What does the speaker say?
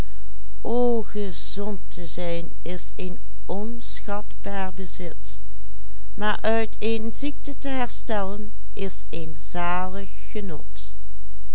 uit een ziekte te herstellen